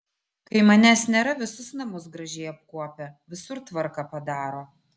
kai manęs nėra visus namus gražiai apkuopia visur tvarką padaro